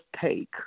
take